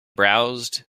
browsed